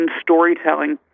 storytelling